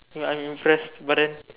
ya I'm impressed but then